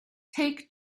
take